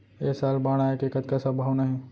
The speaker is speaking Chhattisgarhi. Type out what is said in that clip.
ऐ साल बाढ़ आय के कतका संभावना हे?